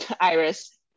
Iris